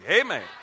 Amen